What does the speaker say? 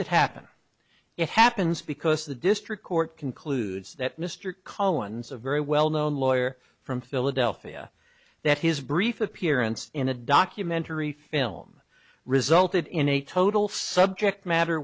it happen it happens because the district court concludes that mr cohen's a very well known lawyer from philadelphia that his brief appearance in a documentary film resulted in a total subject matter